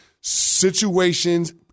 Situations